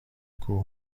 کوه